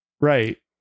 right